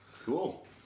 cool